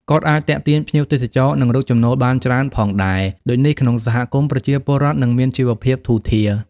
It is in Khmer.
គាត់អាចទាក់ទាញភ្ញៀវទសចរណ៍នឹងរកចំណូលបានច្រើនផងដែរ ដូចនេះក្នងសហគមន៍ប្រជាពលរដ្ឋនឹងមានជីវភាពធូរធារ។